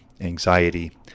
anxiety